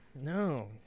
No